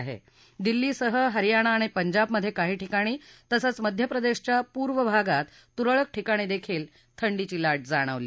राजधानी दिल्लीसह हरियाणा आणि पंजाबमधे काही ठिकाणी तसंच मध्य प्रदेशाच्या पूर्व भागात तुरळक ठिकाणी देखील थंडीची लाट जाणवली